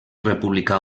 republicà